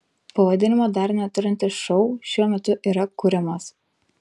pavadinimo dar neturintis šou šiuo metu yra kuriamas